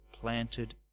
planted